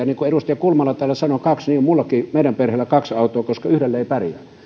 niin kuin edustaja kulmala täällä sanoi kaksi niin on meidänkin perheellä kaksi autoa koska yhdellä ei pärjää